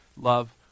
love